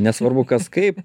nesvarbu kas kaip